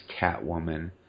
Catwoman